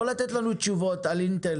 לא לשמוע תשובות על קריית גת,